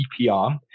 EPR